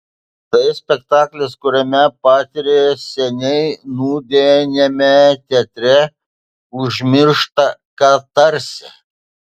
tai spektaklis kuriame patiri seniai nūdieniame teatre užmirštą katarsį